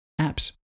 apps